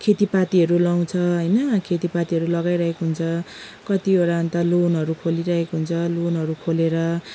खेतीपातीहरू लगाउँछ होइन खेतीपातीहरू लगाइरहेको हुन्छ कतिवटा अन्त लोनहरू खोलिरहेको हुन्छ लोनहरू खोलेर